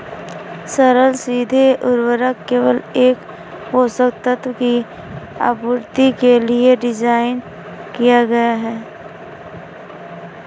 सरल सीधे उर्वरक केवल एक पोषक तत्व की आपूर्ति के लिए डिज़ाइन किए गए है